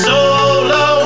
Solo